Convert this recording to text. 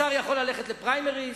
השר יכול ללכת לפריימריס,